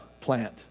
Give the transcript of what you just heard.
plant